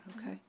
Okay